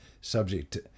subject